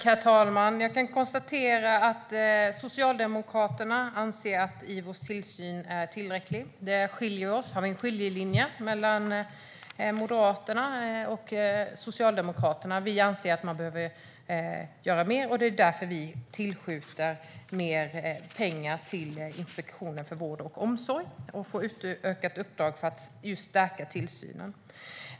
Herr talman! Jag kan konstatera att Socialdemokraterna anser att Ivos tillsyn är tillräcklig. Där har vi en skiljelinje mellan Moderaterna och Socialdemokraterna. Vi anser att man behöver göra mer, och det är därför vi tillskjuter mer pengar till Inspektionen för vård och omsorg, som får ett utökat uppdrag för att stärka tillsynen.